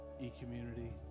E-community